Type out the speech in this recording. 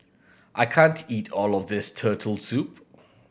I can't eat all of this Turtle Soup